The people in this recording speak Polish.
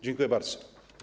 Dziękuję bardzo.